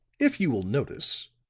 if you will notice,